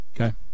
Okay